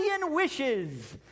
wishes